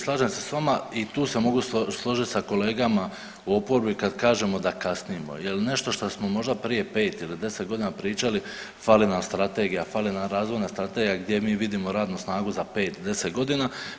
Slažem se sa vama i tu se mogu složiti sa kolegama u oporbi kad kažemo da kasnimo, jer nešto što smo možda prije pet ili deset godina pričali fali nam strategija, fali nam razvojna strategija gdje mi vidimo radnu snagu za pet, deset godina.